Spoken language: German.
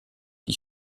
die